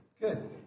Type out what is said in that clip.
Good